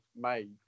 made